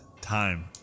time